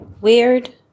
weird